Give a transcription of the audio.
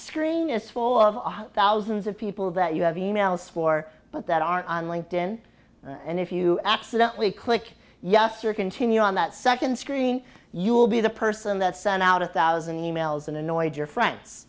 screen is full of thousands of people that you have e mails for but that aren't on linked in and if you accidentally click yes your continue on that second screen you will be the person that sent out a thousand e mails and annoyed your friends